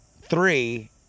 three